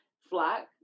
flack